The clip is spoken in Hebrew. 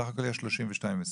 סך הכול יש 32 משרדים,